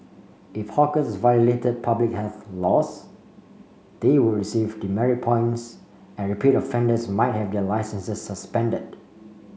if hawkers violated public health laws they would receive demerit points and repeat offenders might have their licences suspended